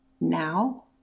Now